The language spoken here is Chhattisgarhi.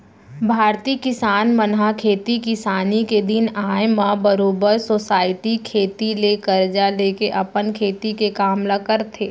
भारतीय किसान मन ह खेती किसानी के दिन आय म बरोबर सोसाइटी कोती ले करजा लेके अपन खेती के काम ल करथे